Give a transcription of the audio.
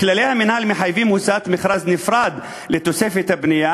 כללי המינהל מחייבים הוצאת מכרז נפרד לתוספת הבנייה.